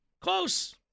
close